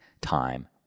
time